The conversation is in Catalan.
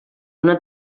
una